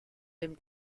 dem